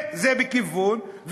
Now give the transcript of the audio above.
בכיוון אחד,